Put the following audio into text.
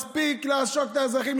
מספיק לעשוק את האזרחים,